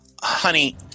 honey